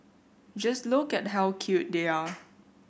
just look at how cute they are